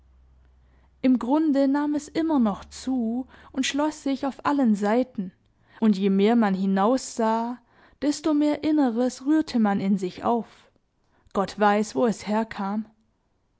im grunde nahm es immer noch zu und schloß sich auf allen seiten und je mehr man hinaussah desto mehr inneres rührte man in sich auf gott weiß wo es herkam